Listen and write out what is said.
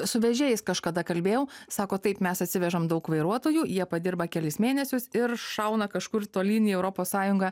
su vežėjais kažkada kalbėjau sako taip mes atsivežam daug vairuotojų jie padirba kelis mėnesius ir šauna kažkur tolyn į europos sąjungą